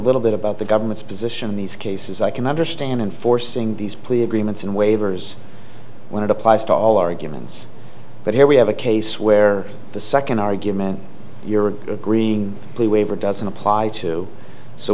little bit about the government's position in these cases i can understand enforcing these plea agreements and waivers when it applies to all arguments but here we have a case where the second argument you're agreeing to waiver doesn't apply to so